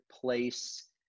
place